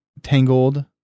tangled